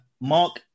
Mark